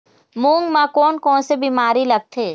मूंग म कोन कोन से बीमारी लगथे?